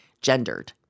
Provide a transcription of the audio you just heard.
gendered